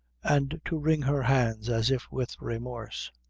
and to wring her hands as if with remorse,